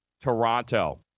Toronto